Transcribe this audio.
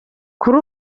kuri